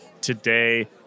today